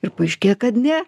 ir paaiškėja kad ne